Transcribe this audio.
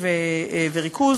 קשב וריכוז.